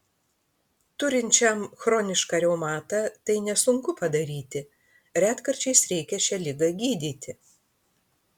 turinčiam chronišką reumatą tai nesunku padaryti retkarčiais reikia šią ligą gydyti